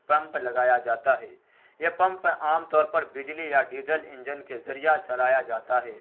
pump لگایا جاتا ہے یہ پمپ پر عام طور پر بجلی یا ڈیزل انجن کے ذریعہ چلایا جاتا ہے